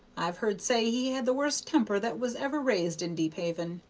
i've heard say he had the worst temper that was ever raised in deephaven.